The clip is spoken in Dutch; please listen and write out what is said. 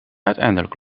uiteindelijk